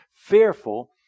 fearful